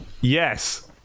Yes